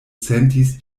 sentis